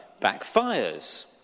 backfires